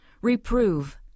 Reprove